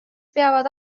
peavad